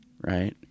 right